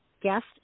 guest